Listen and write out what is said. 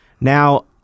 Now